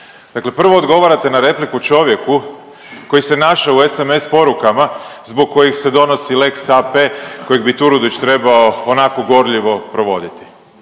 Dakle prvo odgovarate na repliku čovjeku koji se našao u SMS porukama zbog kojih se donosi lex AP kojeg bi Turudić trebao onako gorljivo provoditi.